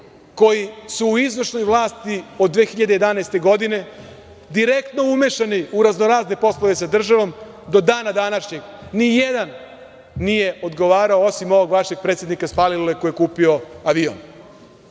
koji su u izvršnoj vlasti od 2011. godine direktno umešani u razno razne poslove sa državom do dana današnjeg, ni jedan nije odgovarao osim ovog vašeg predsednika sa Palilule koji je kupio avion.